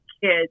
kids